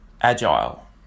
agile